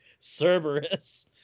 Cerberus